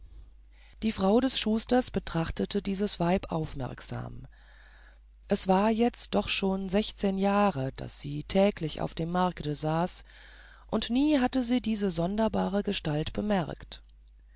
die frau des schusters betrachtete dieses weib aufmerksam es waren jetzt doch schon sechzehn jahre daß sie täglich auf dem markte saß und nie hatte sie diese sonderbare gestalt bemerkt